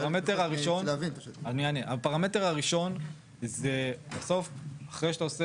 הפרמטרים הראשון זה בסוף אחרי שאתה עושה